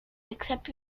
except